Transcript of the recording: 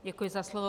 Děkuji za slovo.